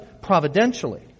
providentially